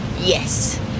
Yes